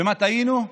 במה טעינו,